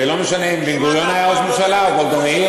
זה לא משנה אם בן-גוריון היה ראש ממשלה או גולדה מאיר,